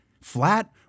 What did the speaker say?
Flat